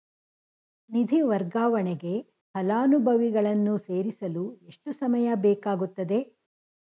ನಿಧಿ ವರ್ಗಾವಣೆಗೆ ಫಲಾನುಭವಿಗಳನ್ನು ಸೇರಿಸಲು ಎಷ್ಟು ಸಮಯ ಬೇಕಾಗುತ್ತದೆ?